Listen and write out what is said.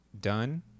done